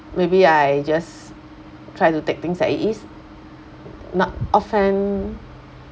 maybe I just try to take things as it is not offhand